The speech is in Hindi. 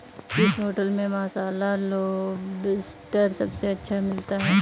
किस होटल में मसाला लोबस्टर सबसे अच्छा मिलता है?